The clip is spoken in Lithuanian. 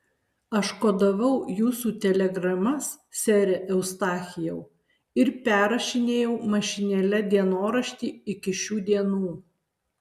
aš kodavau jūsų telegramas sere eustachijau ir perrašinėjau mašinėle dienoraštį iki šių dienų